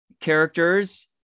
characters